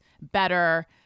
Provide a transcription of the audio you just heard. better